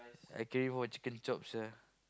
I craving for chicken chop sia